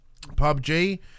PUBG